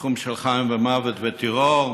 תחום של חיים ומוות וטרור,